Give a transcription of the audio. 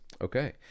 Okay